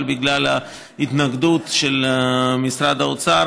אבל בגלל ההתנגדות של משרד האוצר